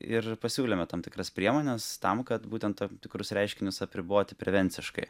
ir pasiūlėme tam tikras priemones tam kad būtent tam tikrus reiškinius apriboti prevenciškai